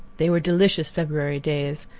they were delicious february days,